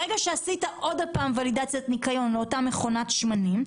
ברגע שעשית עוד הפעם ולידציית ניקיון לאותה מכונת שמנים,